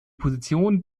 position